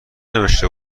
نوشته